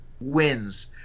wins